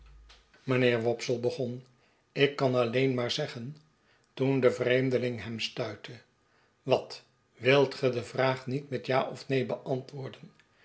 mijnheer wopsle begon ik kan alleen maar zeggen toen de vreemdeling hem stuitte wat wilt ge de vraag niet met ja of neen beantwoorden